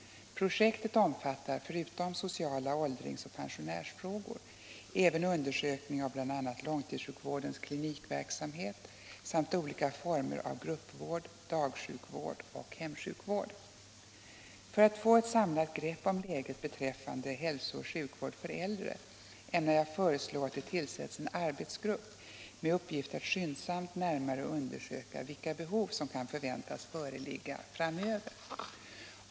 Projektet omfattar förutom sociala åldringsoch pensionärsfrågor även undersökning av bl.a. långtidssjukvårdens klinikverksamhet samt olika former av gruppvård, dagsjukvård och hemsjukvård. För att få ett samlat grepp om läget beträffande hälsooch sjukvård för äldre ämnar jag föreslå att det tillsätts en arbetsgrupp med uppgift att skyndsamt närmare undersöka vilka behov som kan väntas föreligga framöver.